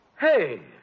Hey